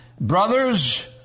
Brothers